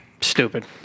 Stupid